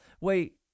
Wait